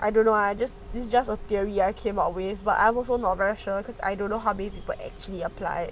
I don't know I just this just a theory I came up with but I'm also not very sure because I don't know how many people actually apply